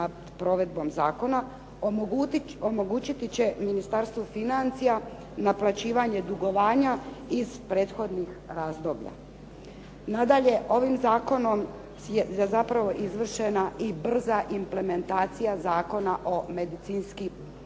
nad provedbom zakona omogućiti će Ministarstvu financija naplaćivanje dugovanja iz prethodnih razdoblja. Nadalje, ovim zakonom je zapravo izvršena i brza implementacija Zakona o medicinski